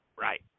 right